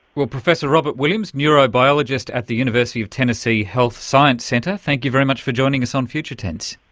well, professor robert williams, neurobiologist at the university of tennessee health science centre, thank you very much for joining us on future tense.